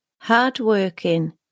hard-working